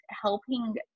helping